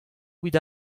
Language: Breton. evit